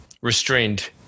restrained